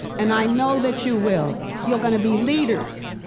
and i know that you will. you're gonna be leaders.